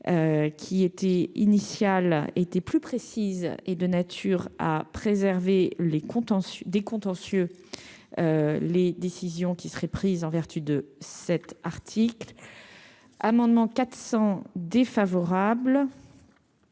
qui était initial était plus précise et de nature à préserver les contentieux des contentieux, les décisions qui seraient prises en vertu de cet article, amendement 400 défavorable,